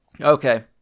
okay